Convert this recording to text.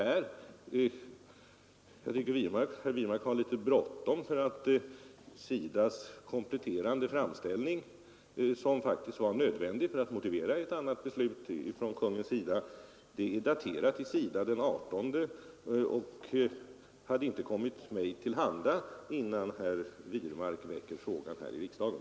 Jag tycker att herr Wirmark har haft litet bråttom; SIDA :s kompletterande framställning, som faktiskt var nödvändig för att motivera ett annat beslut av Kungl. Maj:t, är daterad den 18 januari och hade inte kommit mig till handa innan herr Wirmark ställde frågan här i riksdagen.